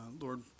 Lord